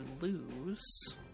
lose